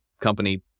company